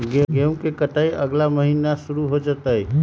गेहूं के कटाई अगला महीना शुरू हो जयतय